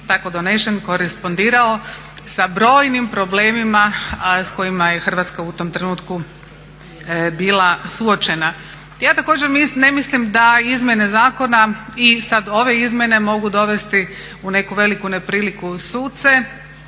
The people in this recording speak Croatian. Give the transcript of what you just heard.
tako donešen korespondirao sa brojnim problemima s kojima je Hrvatska u tom trenutku bila suočena. Ja također ne mislim da izmjene zakona i sad ove izmjene mogu dovesti u neku veliku nepriliku suce.